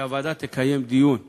שהוועדה תקיים דיון נוסף,